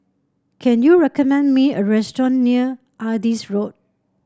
can you recommend me a restaurant near Adis Road